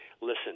listen